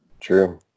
True